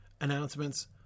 announcements